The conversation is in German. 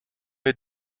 wir